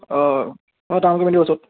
অঁ অঁ অঁ টাউন কমিটীৰ ওচৰত